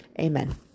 Amen